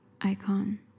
icon